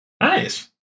Nice